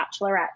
bachelorette